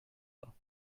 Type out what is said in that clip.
pas